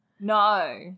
No